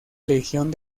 legión